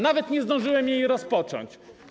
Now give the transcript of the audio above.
Nawet nie zdążyłem jej rozpocząć.